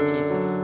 Jesus